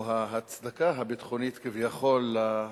או ההצדקה הביטחונית, כביכול,